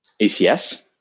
ACS